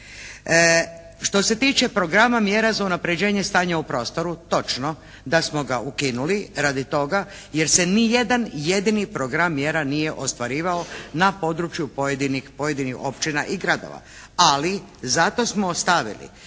Što se tiče programa mjera za unapređenje stanja u prostoru točno da smo ga ukinuli radi toga jer se ni jedan jedini program mjera nije ostvarivao na području pojedinih općina i gradova, ali zato smo ostavili